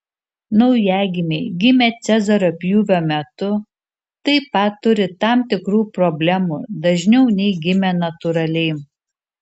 naujagimiai gimę cezario pjūvio metu taip pat turi tam tikrų problemų dažniau nei gimę natūraliai